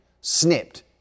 snipped